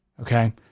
okay